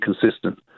consistent